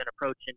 approaching